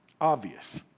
obvious